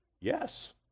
Yes